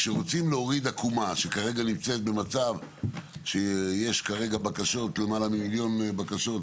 כשרוצים להוריד עקומה במצב של למעלה ממיליון בקשות